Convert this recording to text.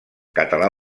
català